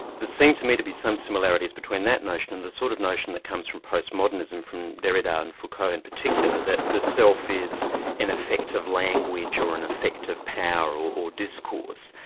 seem to me to be some similarities between that notion and the sort of notion that comes from postmodernism, from derrida and foucault in particular, that the self is an effect of language or an effect of power or or discourse,